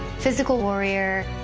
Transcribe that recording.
physical warrior,